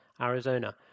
Arizona